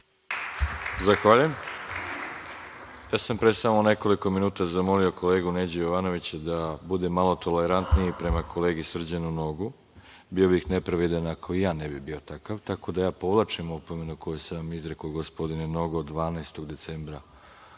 Hvala. Ja sam pre samo nekoliko minuta zamolio kolegu Neđu Jovanovića da bude malo tolerantniji prema kolegi Srđanu Nogu. Bio bih nepraveden ako i ja ne bih bio takav, tako da ja povlačim opomenu koju sam izrekao gospodinu Nogu od 12. decembra